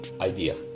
idea